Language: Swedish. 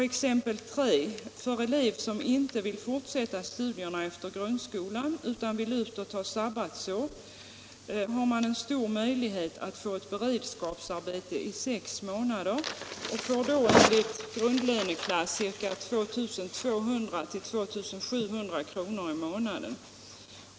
Exempel 3: Elev som inte vill fortsätta studierna efter grundskolan utan vill ut och ”ta sabbatsår” har stor möjlighet att få beredskapsarbete i sex månader. Han får då enligt grundlöneklass 2 200-2 700 kr. i månaden.